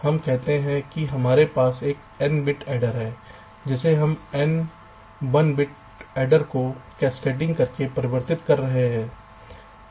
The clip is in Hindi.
हम कहते हैं कि हमारे पास एक n bit adder है जिसे हम n 1 bit adders को कैस्केडिंग cascadeingकरके परिवर्तित कर रहे हैं